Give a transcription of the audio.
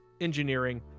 engineering